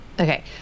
Okay